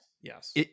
yes